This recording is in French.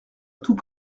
tout